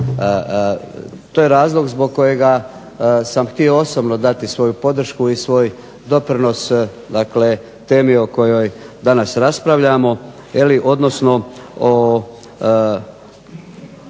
To je razlog zbog kojega sam htio osobno dati svoju podršku i svoj doprinos temi o kojoj danas raspravljamo odnosno o